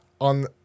on